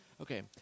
okay